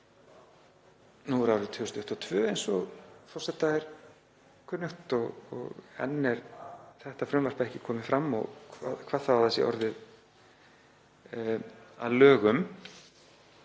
Nú er árið 2022, eins og forseta er kunnugt um, og enn er þetta frumvarp ekki komið fram og hvað þá að það sé orðið að lögum.